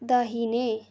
दाहिने